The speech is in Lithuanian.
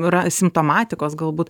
yra simptomatikos galbūt